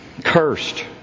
Cursed